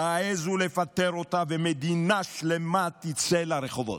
תעזו לפטר אותה, ומדינה שלמה תצא לרחובות.